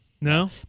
No